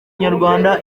nyarwanda